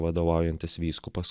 vadovaujantis vyskupas